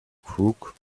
crook